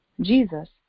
Jesus